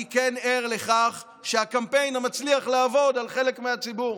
אני כן ער לכך שהקמפיין מצליח לעבוד על חלק מהציבור